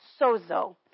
sozo